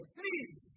please